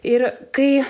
ir kai